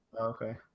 Okay